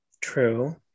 true